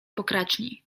pokraczni